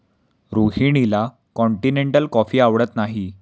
रोहिणीला continental coffee आवडत नाही